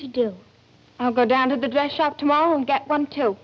to do i'll go down to the dress shop tomorrow and get run to